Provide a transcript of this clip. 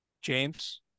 James